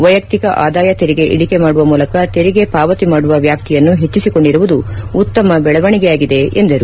ವೈಯಕ್ತಿಕ ಆದಾಯ ತೆರಿಗೆ ಇಳಿಕೆ ಮಾಡುವ ಮೂಲಕ ತೆರಿಗೆ ಪಾವತಿ ಮಾಡುವ ವ್ಯಾಪ್ತಿಯನ್ನು ಹೆಚ್ಚಿಸಿಕೊಂಡಿರುವುದು ಉತ್ತಮ ಬೆಳವಣಿಗೆಯಾಗಿದೆ ಎಂದರು